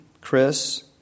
Chris